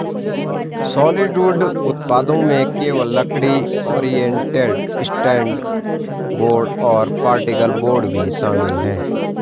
solid wood उत्पादों में केवल लकड़ी, ओरिएंटेड स्ट्रैंड बोर्ड और पार्टिकल बोर्ड भी शामिल है